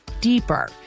deeper